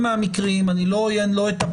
למרות שאני לא חושב שזה